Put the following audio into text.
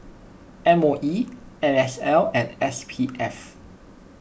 M O E N S L and S P F